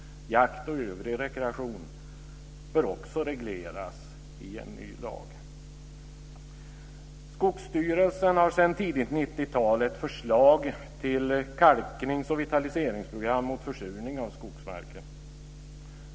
Jakt och övrig rekreation bör också regleras i en ny lag. Skogsstyrelsen har sedan tidigt 90-tal ett förslag till kalknings och vitaliseringsprogram mot försurning av skogsmarken.